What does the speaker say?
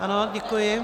Ano, děkuji.